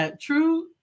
true